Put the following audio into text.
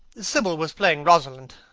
sibyl was playing rosalind.